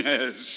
Yes